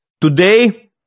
Today